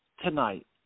tonight